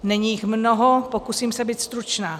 Není jich mnoho, pokusím se být stručná.